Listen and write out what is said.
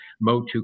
motu